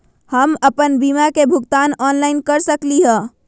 हम अपन बीमा के भुगतान ऑनलाइन कर सकली ह?